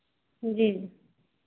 जी